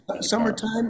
summertime